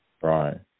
Right